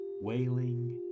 wailing